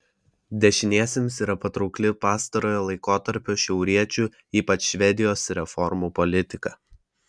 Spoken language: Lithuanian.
dešiniesiems yra patraukli pastarojo laikotarpio šiauriečių ypač švedijos reformų politika